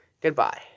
Goodbye